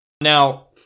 now